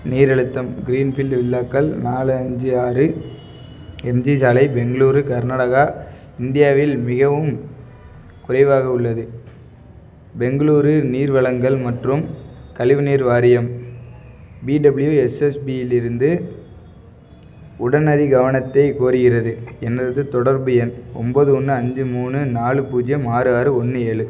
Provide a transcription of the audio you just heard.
நீர் அழுத்தம் க்ரீன்ஃபீல்டு வில்லாக்கள் நாலு அஞ்சு ஆறு எம்ஜி சாலை பெங்களூரு கர்நாடகா இந்தியாவில் மிகவும் குறைவாக உள்ளது பெங்களூரு நீர் வழங்கல் மற்றும் கழிவுநீர் வாரியம் பிடபிள்யூஎஸ்எஸ்பியிலிருந்து உடனடி கவனத்தை கோருகிறது எனது தொடர்பு எண் ஒன்போது ஒன்று அஞ்சு மூணு நாலு பூஜ்யம் ஆறு ஆறு ஒன்று ஏழு